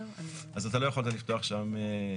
אבל אתה לא יכול לפתוח שם עסק.